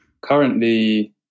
Currently